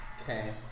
Okay